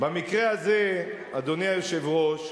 במקרה הזה, אדוני היושב-ראש,